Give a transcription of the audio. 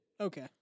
Okay